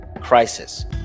crisis